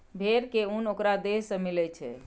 भेड़ के उन ओकरा देह से मिलई छई